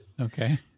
Okay